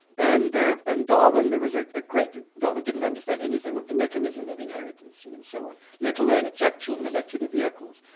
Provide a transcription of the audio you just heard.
and and darwin, there was a great darwin didn't understand anything of the mechanism of inheritance you know and so on, let alone its actual molecular vehicles.